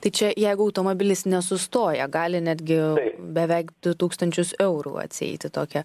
tai čia jeigu automobilis nesustoja gali netgi beveik du tūkstančius eurų atsieiti tokia